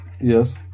yes